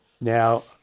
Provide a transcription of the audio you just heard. now